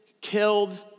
killed